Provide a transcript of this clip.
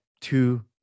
two